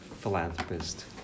philanthropist